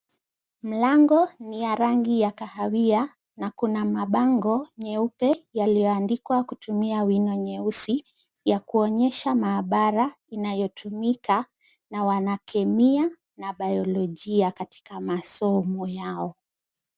Mlango ni ya rangi ya kahawia, na kuna mabango nyeupe yaliyoandikwa kutumia wino nyeusi, ya kuonyesha maabara inayotumika na wanakemia na bayolojia katika masomo yao.